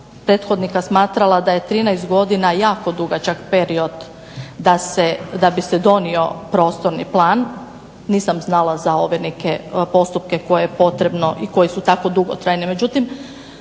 prethodnika smatrala da je 13 godina jako dugačak period da bi se donio prostorni plan, nisam znala za ove neke postupke koje je potrebno i koji su tako dugotrajni,